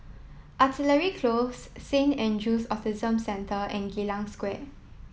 artillery close Saint Andrew's Autism Centre and Geylang Square